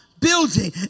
building